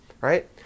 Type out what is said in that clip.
Right